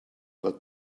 but